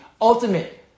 ultimate